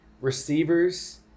Receivers